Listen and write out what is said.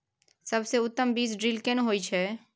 सबसे उत्तम बीज ड्रिल केना होए छै?